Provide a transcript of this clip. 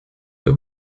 für